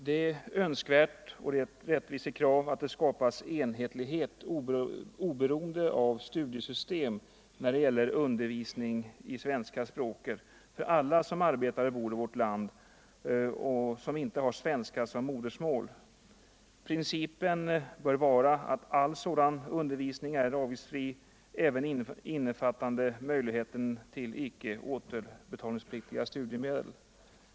Det är önskvärt och ett rättvisekrav att man skapar enhetlighet oberoende av studiesystem när det gäller undervisningen i svenska språket för alla som arbetar och bor i vårt land men som inte har svenska som modersmål. Principen bör vara att all sådan undervisning är avgiftsfri och att det finns möjlighet att erhålla studiemedel utan återbetalningsplikt.